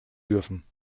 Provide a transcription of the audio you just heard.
dürfen